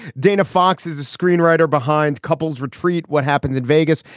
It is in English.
dina fox is a screenwriter behind couples retreat. what happens in vegas.